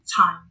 time